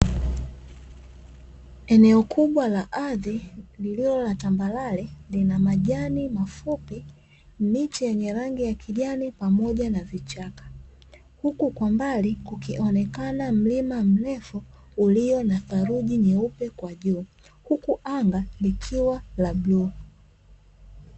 Eneo kubwa la ardhi lililo la tambalare lina majani mafupi, miche yenye rangi ya kijani pamoja na vichaka. Huku kwa mbali kukionekana mlima mrefu ulio na theruji nyeupe kwa juu, huku anga likiwa la bluu.